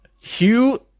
Hugh